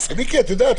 את יודעת,